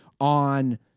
on